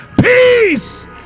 peace